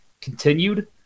continued